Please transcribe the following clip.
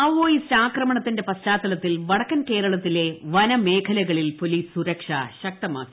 Maoist ആക്രമണത്തിന്റെ പശ്ചാത്തലത്തിൽ വടക്കൻ കേരളത്തിലെ വനമേഖലകളിൽ പൊലീസ് സുരക്ഷ ശക്തമാക്കി